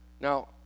Now